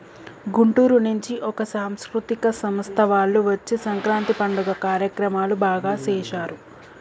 గుంటూరు నుంచి ఒక సాంస్కృతిక సంస్థ వాళ్ళు వచ్చి సంక్రాంతి పండుగ కార్యక్రమాలు బాగా సేశారు